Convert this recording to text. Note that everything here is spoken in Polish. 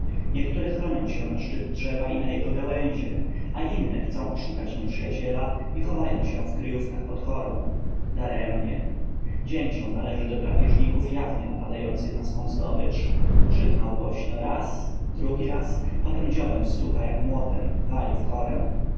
niektóre chronią się na szczyt drzewa i na jego gałęzie a inne chcą oszukać nieprzyjaciela i chowają się w kryjówkach pod korą daremnie dzięcioł należy do drapieżników jawnie napadających na swą zdobycz krzyknął głośno raz drugi raz potem dziobem stuka jak młodem młotem wali w korę